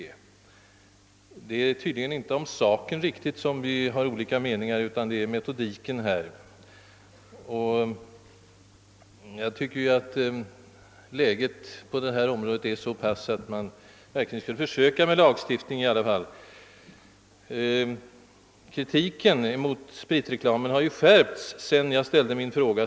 Det är tydligen inte om saken vi har olika meningar, utan om metodiken. Jag tycker för min del att läget på detta område är sådant att man verkligen skulle kunna försöka med lagstiftning. Kritiken mot spritreklamen har skärpts sedan jag framställde min fråga.